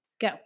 Go